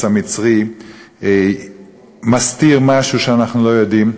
המצרי מסתיר משהו שאנחנו לא יודעים,